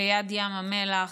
ליד ים המלח,